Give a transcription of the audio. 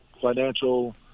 financial